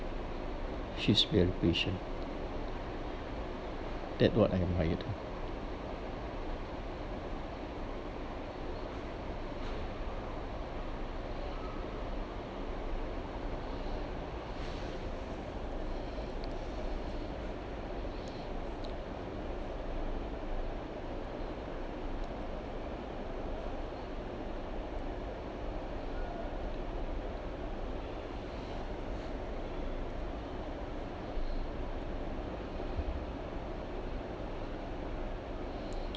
she's very patient that what I admired